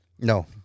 no